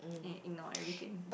and ignore everything